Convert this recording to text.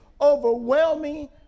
overwhelming